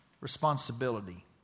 responsibility